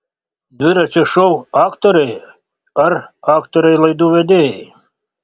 dviračio šou aktoriai ar aktoriai laidų vedėjai